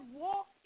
walk